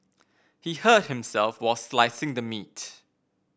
he hurt himself while slicing the meat